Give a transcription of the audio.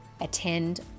attend